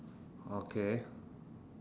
okay